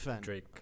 Drake